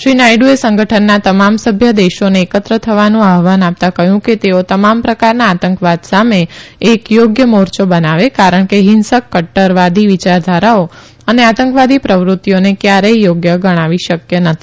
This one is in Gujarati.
શ્રી નાયડુએ સંગઠનના તમામ સભ્ય દેશોને એકત્ર થવાનુ આહવાન આપતા કહયું કે તેઓ તમામ પ્રકારના આતંકવાદ સામે એક યોગ્ય મોર્ચો બનાવે કારણ કે ફિંસક કટૃરવાદી વિચારધારાઓ અને આતંકવાદી પ્રવૃતિઓને કયારેય યોગ્ય ગણવી શકય નથી